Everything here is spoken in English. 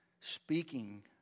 speaking